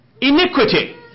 Iniquity